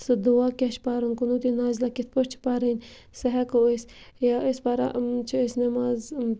سُہ دُعا کیٛاہ چھِ پَرُن قنوٗتہِ نازلہ کِتھ پٲٹھۍ چھِ پَرٕنۍ سُہ ہٮ۪کو أسۍ یا أسۍ پَران چھِ أسۍ نٮ۪ماز